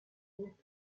word